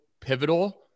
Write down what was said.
pivotal